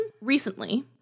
recently –